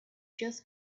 just